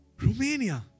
Romania